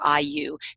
IU